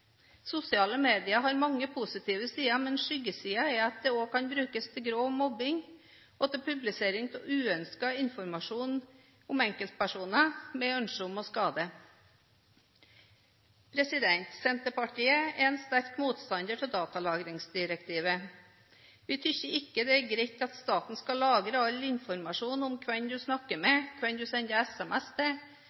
Sosiale medier har mange positive sider, men skyggesiden er at det også kan brukes til grov mobbing og til publisering av uønsket informasjon om enkeltpersoner – med ønske om å skade. Senterpartiet er sterk motstander av datalagringsdirektivet. Vi synes ikke det er greit at staten skal lagre all informasjon om hvem du snakker med, hvem du sender